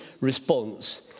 response